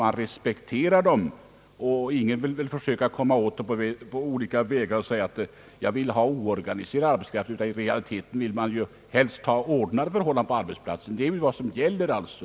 Man respekterar dem, och ingen vill väl försöka komma åt dem på olika vägar genom att säga: »Jag vill ha oorganiserad arbetskraft.» I realiteten vill väl arbetsgivarna helst ha ordnade förhållanden på arbetsplatsen, och det är vad som nu gäller.